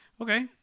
Okay